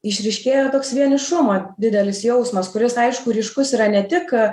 išryškėja toks vienišumo didelis jausmas kuris aišku ryškus yra ne tik